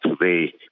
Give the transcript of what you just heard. today